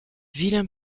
vilain